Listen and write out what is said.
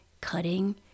cutting